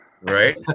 Right